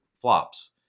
flops